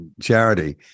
charity